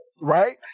Right